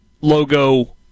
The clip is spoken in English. logo